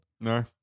No